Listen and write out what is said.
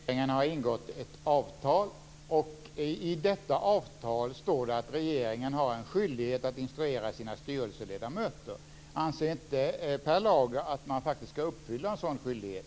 Fru talman! Nu är det så att regeringen har ingått ett avtal. I detta avtal står det att regeringen har en skyldighet att instruera sina styrelseledamöter. Anser inte Per Lager att man faktiskt ska uppfylla en sådan skyldighet?